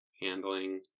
handling